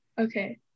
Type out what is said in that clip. Okay